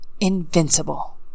invincible